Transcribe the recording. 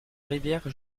rivière